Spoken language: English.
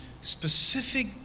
specific